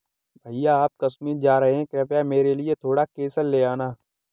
भैया आप कश्मीर जा रहे हैं कृपया मेरे लिए थोड़ा केसर ले आना